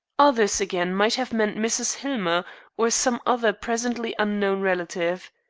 others, again, might have meant mrs. hillmer or some other presently unknown relative.